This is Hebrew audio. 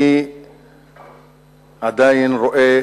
אני עדיין רואה